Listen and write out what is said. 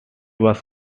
was